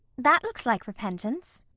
that looks like repentance.